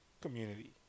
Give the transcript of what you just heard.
community